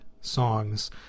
songs